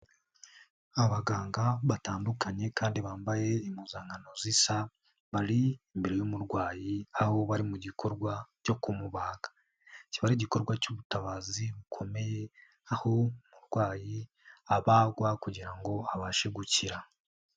Abaganga batandukanye kandi bambaye impuzankano zisa bari imbere y'umurwayi, aho bari mu gikorwa cyo kumubahaga. Kiba ari igikorwa cy'ubutabazi bukomeye, aho umurwayi abagwa kugira ngo abashe gukira.